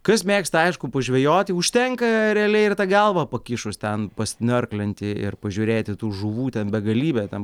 kas mėgsta aišku pažvejoti užtenka realiai ir tą galvą pakišus ten pasniorklinti ir pažiūrėti tų žuvų ten begalybė ten